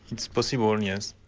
it's possible yes.